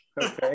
Okay